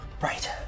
Right